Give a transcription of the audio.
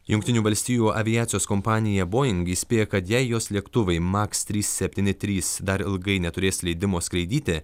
jungtinių valstijų aviacijos kompanija boeing įspėja kad jei jos lėktuvai maks trys septyni trys dar ilgai neturės leidimo skraidyti